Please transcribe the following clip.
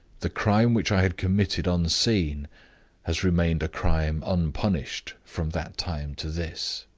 the crime which i had committed unseen has remained a crime unpunished from that time to this.